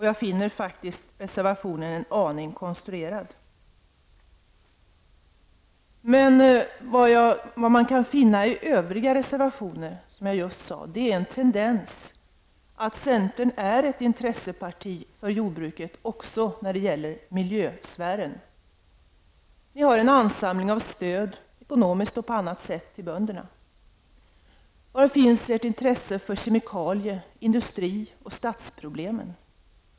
Jag finner faktiskt reservationen en aning konstruerad. Vad man kan finna i övriga reservationer är en tendens i centern att vara ett intresseparti för jordbruket också när det gäller miljösfären. Centern har en ansamling av stöd, ekonomiskt och på annat sätt, till bönderna. Var finns ert intresse för kemikalie-, industri och stadsproblemen?